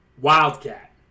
Wildcat